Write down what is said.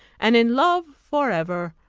and in love for ever!